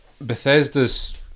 Bethesda's